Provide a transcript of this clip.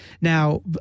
Now